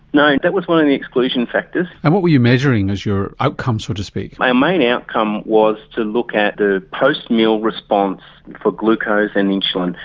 no, that was one of the exclusion factors. and what were you measuring as your outcome so to speak? our main outcome was to look at the post-meal response for glucose and insulin.